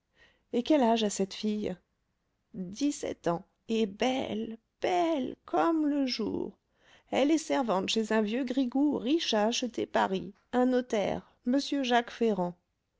et quel âge a cette fille dix-sept ans et belle belle comme le jour elle est servante chez un vieux grigou riche à acheter paris un notaire m jacques ferrand